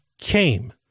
came